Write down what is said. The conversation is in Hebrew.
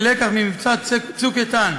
כלקח ממבצע "צוק איתן",